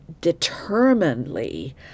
determinedly